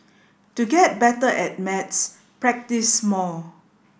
to get better at maths practise more